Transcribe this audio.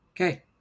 okay